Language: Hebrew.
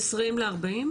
מעשרים לארבעים?